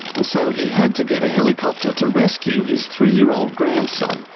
and so he had to get a helicopter to rescue his three-year-old grandson,